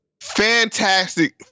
Fantastic